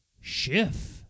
shift